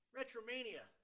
Retromania